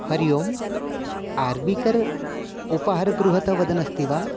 हरिः ओम् आर्विकर् उपाहारगृहतः वदन् अस्ति वा